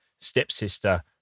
stepsister